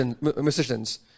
musicians